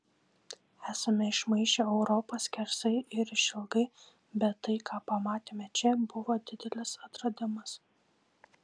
esame išmaišę europą skersai ir išilgai bet tai ką pamatėme čia buvo didelis atradimas